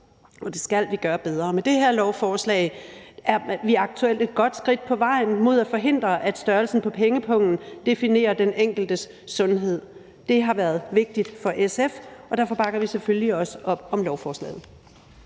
og det skal vi gøre bedre. Med det her lovforslag er vi et godt skridt på vejen mod at forhindre, at størrelsen på pengepungen definerer den enkeltes sundhed. Det har været vigtigt for SF, og derfor bakker vi selvfølgelig også op om lovforslaget.